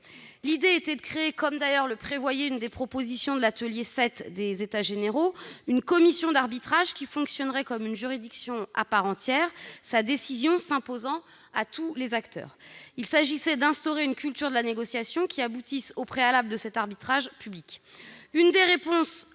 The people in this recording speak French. L'idée était de créer, comme le prévoyait d'ailleurs une des propositions de l'atelier 7 des États généraux, une commission d'arbitrage qui fonctionnerait comme une juridiction à part entière, sa décision s'imposant à tous les acteurs. Il s'agissait d'instaurer une culture de la négociation qui aboutisse au préalable de cet arbitrage public. Un des arguments